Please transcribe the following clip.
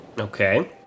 Okay